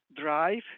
Drive